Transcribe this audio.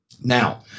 Now